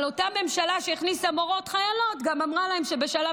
אבל אותה ממשלה שהכניסה מורות חיילות גם אמרה להם בשלב